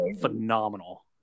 phenomenal